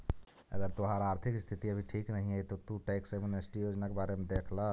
अगर तोहार आर्थिक स्थिति अभी ठीक नहीं है तो तु टैक्स एमनेस्टी योजना के बारे में देख ला